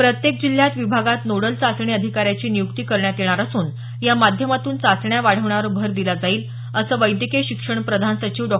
प्रत्येक जिल्ह्यात विभागांत नोडल चाचणी अधिकाऱ्याची नियुक्ती करण्यात येणार असून या माध्यमातून चाचण्या वाढवण्यावर भर दिला जाईल असं वैद्यकीय शिक्षण प्रधान सचिव डॉ